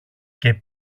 και